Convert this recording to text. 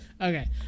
okay